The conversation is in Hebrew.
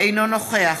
אינו נוכח